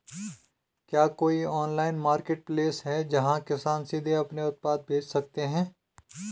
क्या कोई online marketplace है, जहां किसान सीधे अपने उत्पाद बेच सकते हैं?